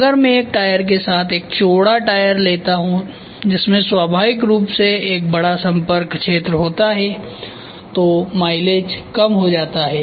अगर मैं एक टायर के साथ एक चौड़ा टायर लेता हूं जिसमें स्वाभाविक रूप से एक बड़ा संपर्क क्षेत्र होता है तो माइलेज कम हो जाता है